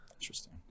Interesting